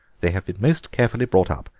they have been most carefully brought up,